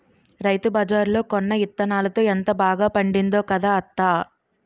రైతుబజార్లో కొన్న యిత్తనాలతో ఎంత బాగా పండిందో కదా అత్తా?